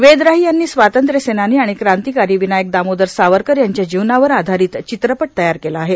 वेद राही यांनी स्वातंत्र्यसेनानी आणि क्रांतिकारी विनायक दामोदर सावरकर यांच्या जीवनावर आधारित चित्रपट तयार केला आहे